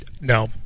No